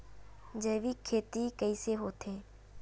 जैविक खेती कइसे होथे?